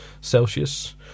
celsius